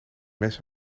mes